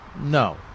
No